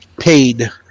paid